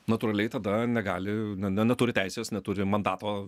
natūraliai tada negali na na neturi teisės neturi mandato